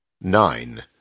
Nine